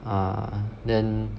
uh then